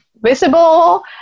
visible